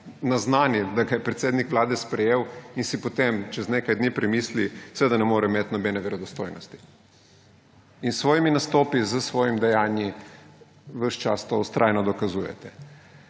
naznani, da ga je predsednik Vlade sprejel in si potem čez nekaj dni premisli, seveda ne more imeti nobene verodostojnosti. In s svojimi nastopi, s svojimi dejanji, ves čas to vztrajno dokazujete.